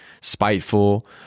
spiteful